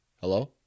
hello